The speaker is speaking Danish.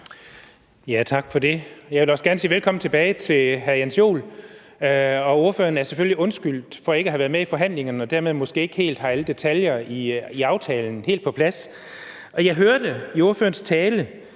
Tak for det. Jeg vil også gerne sige velkommen tilbage til hr. Jens Joel. Ordføreren er selvfølgelig undskyldt for ikke at have været med i forhandlingerne og dermed måske ikke helt at have alle detaljer i aftalen helt på plads. Jeg hørte i ordførerens tale,